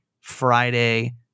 Friday